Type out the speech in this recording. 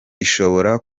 ishobora